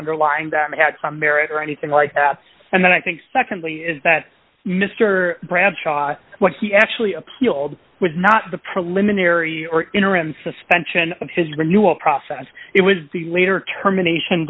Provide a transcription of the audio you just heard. merit or anything like that and then i think secondly is that mr bradshaw what he actually appealed was not the preliminary or interim suspension of his renewal process it was the later termination